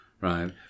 right